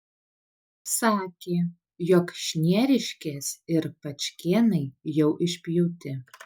sakė jog šnieriškės ir pačkėnai jau išpjauti